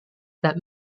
that